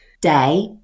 day